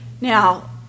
Now